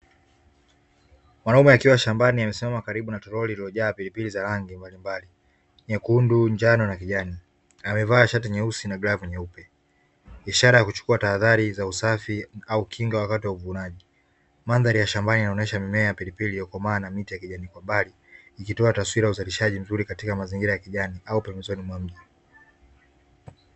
Mwanaume akiwa shambani amesimama karibu na toroli iliyojaa pilipili za rangi mbalimbali nyekundu njano na kijani amevaa shati nyeusi, biashara ya kuchukua tahadhari za usafi au kinga wakati wa uvunaji mandhari ya shambani, inaonyesha mimea pilipili iliyokomaa na miti ya kijamii kwa mbali ikitoa taswira ya uzalishaji mzuri katika mazingira ya kijani au pembezoni mwa mji